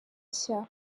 nshya